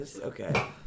Okay